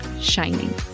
shining